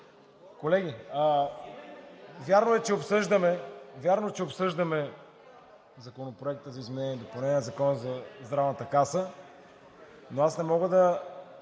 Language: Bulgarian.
Колеги, вярно е, че обсъждаме Законопроекта за изменение и допълнение на Закона за Здравната